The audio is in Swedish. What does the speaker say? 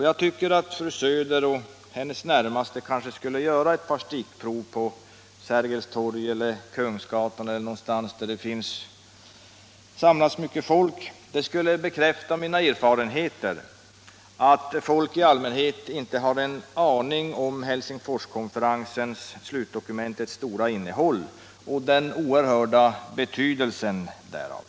Jag tycker att — fru Söder eller hennes närmaste medarbetare skulle göra ett par stickprov Om åtgärder för att på Sergels torg, Kungsgatan eller någonstans där det samlas mycket Sprida kännedom folk. Det skulle bekräfta mina erfarenheter att folk i allmänhet inte har Om slutdokumentet en aning om det omfattande innehållet i Helsingforskonferensens slut — från Helsingforsdokument och den oerhörda betydelsen därav.